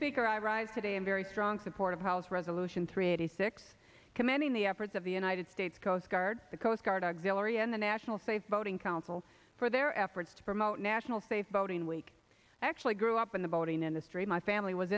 speaker i rise today in very strong support of house resolution three eighty six commending the efforts of the united states coast guard the coast guard auxilary and the national faith voting council for their efforts to promote national faith voting week actually grew up in the boating industry my family was